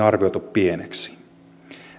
arvioitu pieneksi